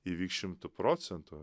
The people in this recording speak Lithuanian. įvyks šimtu procentų